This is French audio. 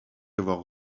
avoir